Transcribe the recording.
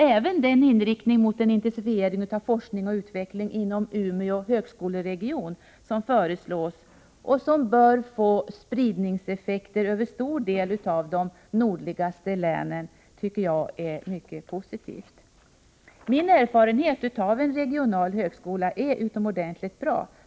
Även den inriktning mot den intensifiering av forskning och utveckling inom Umeå högskoleregion som föreslås och som bör få spridningseffekter över stor del av de nordligaste länen tycker jag är mycket positiv. Mina erfarenheter av en regional högskola är utomordentligt goda.